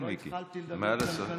עוד לא התחלתי לדבר על כלכלה.